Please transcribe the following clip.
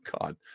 God